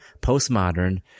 postmodern